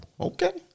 okay